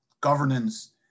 governance